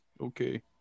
Okay